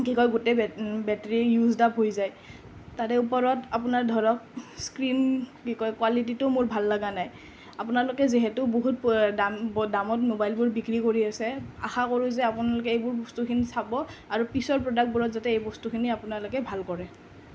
কি কয় গোটেই বেটাৰী ইউজদ আপ হৈ যায় তাৰে ওপৰত আপোনাৰ ধৰক স্ক্ৰীণ কি কয় কুৱালিটিটোও মোৰ ভাল লগা নাই আপোনালোকে যিহেতু বহুত দাম দামত মোবাইলবোৰ বিক্ৰী কৰি আছে আশা কৰোঁ যে আপোনালোকে এইবোৰ বস্তুখিনি চাব আৰু পিছৰ প্ৰডাক্টবোৰত যাতে এই বস্তুখিনি আপোনালোকে ভাল কৰে